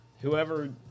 Whoever